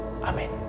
amen